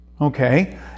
Okay